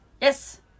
Yes